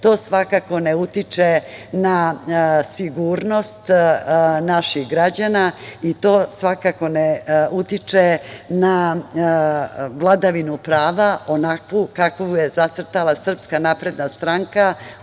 To svakako ne utiče na sigurnost naših građana i to svakako ne utiče na vladavinu prava onakvu kakvu je zacrtala SNS od dolaska